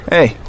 Hey